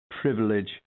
Privilege